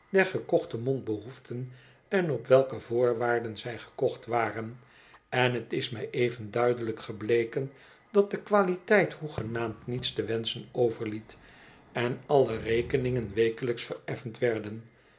der gekochte mondbehoeften en op welke voorwaar don zij gekocht waren en t is mij even duidelijk gebleken dat de qualiteit hoegenaamd niets te wenschen overliet en alle rekeningen wekelijks vereffend werden